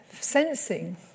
sensing